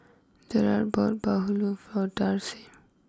Jarret bought Bahulu for Darcie